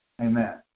Amen